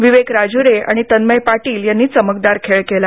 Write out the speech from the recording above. विवेक राजुरे आणि तन्मय पाटील यांनी चमकदार खेळ केला